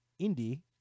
indie